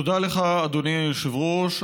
תודה לך, אדוני היושב-ראש.